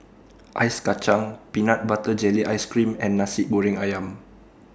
Ice Kacang Peanut Butter Jelly Ice Cream and Nasi Goreng Ayam